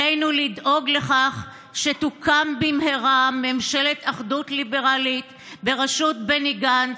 עלינו לדאוג לכך שתוקם במהרה ממשלת אחדות ליברלית בראשות בני גנץ,